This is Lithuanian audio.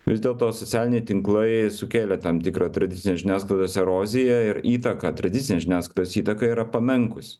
vis dėlto socialiniai tinklai sukėlė tam tikrą tradicinės žiniasklaidos eroziją ir įtaką tradicinės žiniasklaidos įtaka yra pamenkus